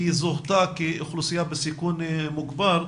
כי היא זוהתה כאוכלוסייה בסיכון מוגבר.